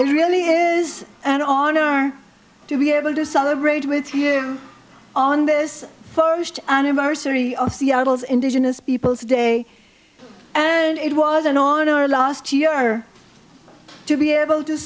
it really is an honor to be able to celebrate with you on this first anniversary of seattle's indigenous peoples day and it was an on our last year to be able to